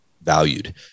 valued